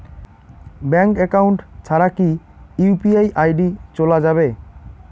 Bank account ছাড়া কি UPI ID চোলা যাবে?